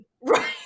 Right